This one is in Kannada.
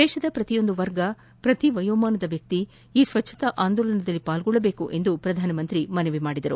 ದೇಶದ ಪ್ರತಿಯೊಂದು ವರ್ಗ ಪ್ರತಿ ವಯೋಮಾನದ ವ್ಯಕ್ತಿ ಈ ಸ್ವಜ್ಞತಾ ಆಂದೋಲನದಲ್ಲಿ ಪಾಲ್ಗೊಳ್ಳಬೇಕು ಎಂದು ಪ್ರಧಾನಮಂತ್ರಿ ಮನವಿ ಮಾಡಿದರು